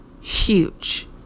huge